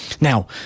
Now